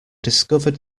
discovered